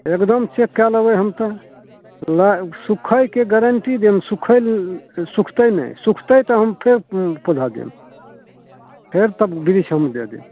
एगदम चेक कै लेबै हम तऽ ले सुखैके गारण्टी देब सुखाएल सुखतै नहि सुखतै तऽ हम फेर पौधा देब फेर तब बिरिछ हम दै देब